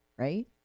Right